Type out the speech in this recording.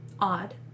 odd